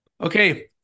okay